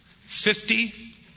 Fifty